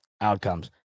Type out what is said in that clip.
outcomes